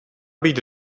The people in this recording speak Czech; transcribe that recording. být